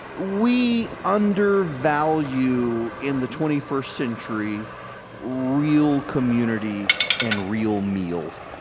we undervalue in the twenty first century real community and real meal.